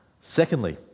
Secondly